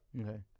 Okay